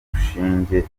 rushinge